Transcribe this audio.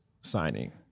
signing